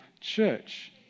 church